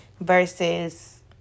versus